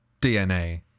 dna